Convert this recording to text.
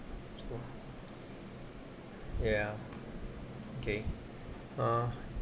ya okay err